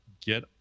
get